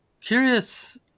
curious